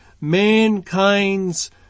Mankind's